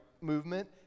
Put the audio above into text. Movement